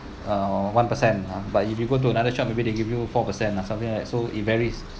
uh one percent ah but if you go to another shop maybe they give you four percent lah something like so it varies